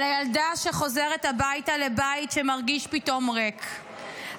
על הילדה שחוזרת הביתה לבית שמרגיש פתאום ריק,